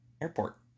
Airport